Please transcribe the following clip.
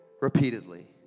repeatedly